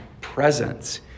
presence